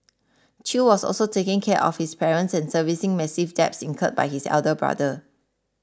Chew was also taking care of his parents and servicing massive debts incurred by his elder brother